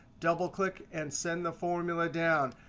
double click and send the formula down.